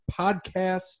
podcast